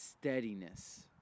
steadiness